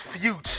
future